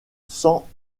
sans